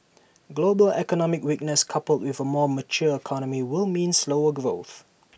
global economic weakness coupled with A more mature economy will mean slower growth